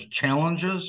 challenges